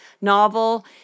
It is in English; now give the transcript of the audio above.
novel